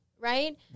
right